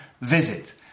visit